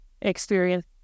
experience